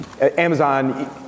Amazon